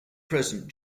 present